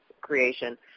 creation